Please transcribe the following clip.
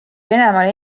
venemaal